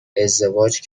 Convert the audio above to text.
ازدواج